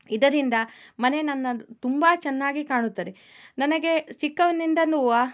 ಇದರಿಂದ ಮನೆ ನನ್ನದು ತುಂಬ ಚೆನ್ನಾಗಿ ಕಾಣುತ್ತದೆ ನನಗೆ ಚಿಕ್ಕವನಿಂದಾನು